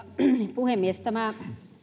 puhemies tämä